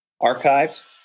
archives